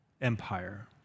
empire